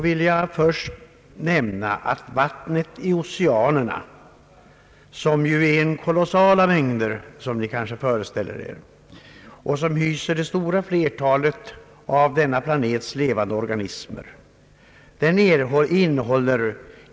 Vi vet att oceanerna innehåller kolossala mängder vatten som hyser det stora flertalet av denna planets levande organismer.